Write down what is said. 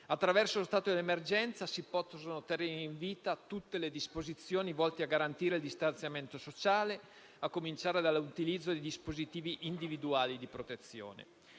Attraverso lo stato di emergenza si possono tenere in vita tutte le disposizioni volte a garantire il distanziamento sociale, a cominciare dall'utilizzo di dispositivi individuali di protezione.